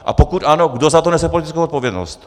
A pokud ano, kdo za to nese politickou odpovědnost?